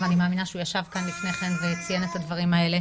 ואני מאמינה שהוא ישב כאן לפני כן וציין את הדברים האלה,